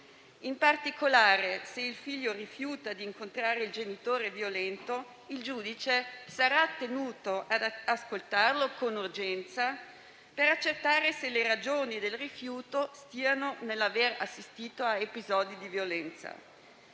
in particolare, se il figlio rifiuta di incontrare il genitore violento, il giudice sarà tenuto ad ascoltarlo con urgenza, per accertare se le ragioni del rifiuto stiano nell'aver assistito a episodi di violenza.